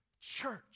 church